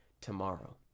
tomorrow